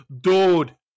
Dude